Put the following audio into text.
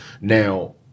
now